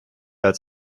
als